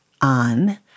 on